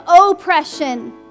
oppression